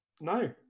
No